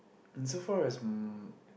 so far as um